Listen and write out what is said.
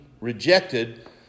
rejected